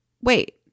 wait